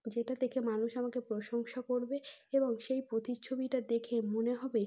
যেটা দেখে মানুষ আমাকে প্রশংসা করবে এবং সেই প্ৰতিচ্ছবিটা দেখে মনে হবে